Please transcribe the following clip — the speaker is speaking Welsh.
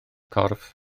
corff